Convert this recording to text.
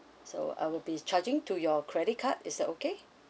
so I will be charging to your credit card is that okay